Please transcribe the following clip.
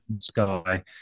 sky